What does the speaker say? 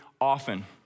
often